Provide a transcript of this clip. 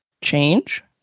change